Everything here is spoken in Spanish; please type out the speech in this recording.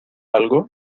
algo